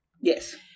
Yes